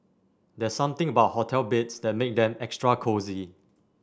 there's something about hotel beds that make them extra cosy